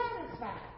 satisfied